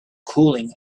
cooling